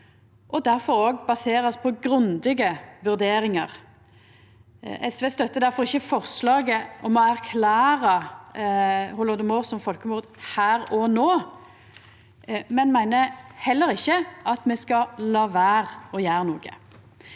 og difor òg baserast på grundige vurderingar. SV støttar difor ikkje forslaget om å erklæra holodomor som folkemord her og no, men meiner heller ikkje at me skal la vera å gjera noko.